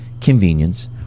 convenience